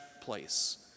place